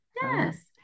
Yes